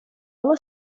all